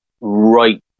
right